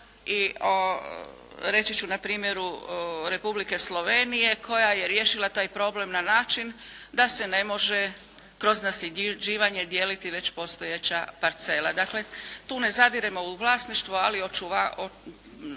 i reći ću npr. u Republike Slovenije koja je riješila taj problem na način da se ne može kroz nasljeđivanje dijeliti već postojeća parcela. Dakle, tu ne zadiremo u vlasništvo, ali tu smo